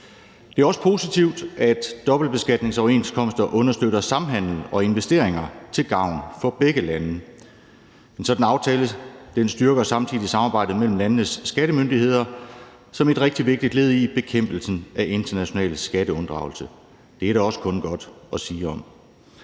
Det er også positivt, at dobbeltbeskatningsoverenskomster understøtter samhandel og investeringer til gavn for begge lande. En sådan aftale styrker samtidig samarbejdet mellem landenes skattemyndigheder som et rigtig vigtigt led i bekæmpelsen af international skatteunddragelse. Det er der også kun godt at sige om.